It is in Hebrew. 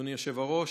אדוני היושב-ראש.